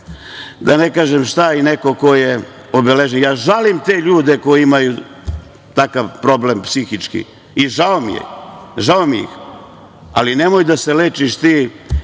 da ne kažem šta i neko ko je obeležen. Ja žalim te ljude koji imaju psihički problem i žao mi je, žao mi ih je, ali nemoj da se lečiš ti